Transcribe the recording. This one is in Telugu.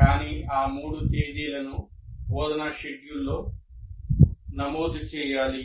కాని ఆ మూడు తేదీలను బోధనా షెడ్యూల్లో నమోదు చేయాలి